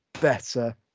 better